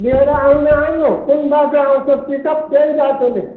लिएर आउनु आउनु कुन बाटो आउँछ पिकअप त्यही बाटो ले